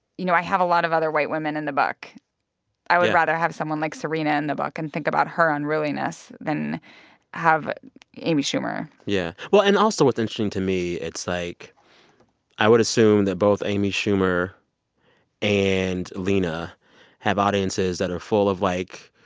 you know, i have a lot of other white women in the book yeah i would rather have someone like serena in the book and think about her unruliness than have amy schumer yeah. well, and also what's interesting to me, it's like i would assume that both amy schumer and lena have audiences that are full of, like,